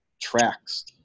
tracks